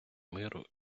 миру